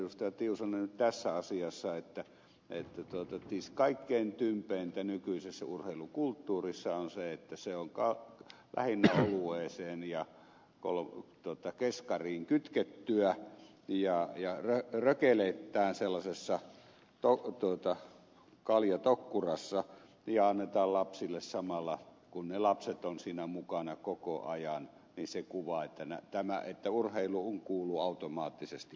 tiusanen tässä asiassa että kaikkein tympeintä nykyisessä urheilukulttuurissa on se että se on lähinnä olueeseen ja keskariin kytkettyä ja rökeleittäin sellaisessa kaljatokkurassa ja annetaan lapsille samalla kun ne lapset ovat siinä mukana koko ajan niin se kuva että urheiluun kuuluu automaattisesti